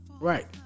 Right